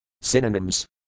Synonyms